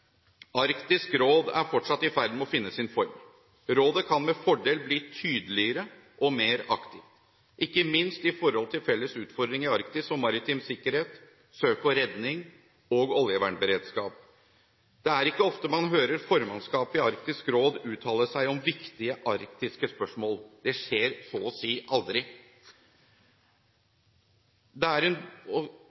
Arktisk råd er fortsatt i ferd med å finne sin form. Rådet kan med fordel bli tydeligere og mer aktivt, ikke minst når det gjelder felles utfordringer i Arktis, som maritim sikkerhet, søk og redning og oljevernberedskap. Det er ikke ofte man hører formannskapet i Arktisk råd uttale seg om viktige arktiske spørsmål, det skjer så å si aldri. Det er en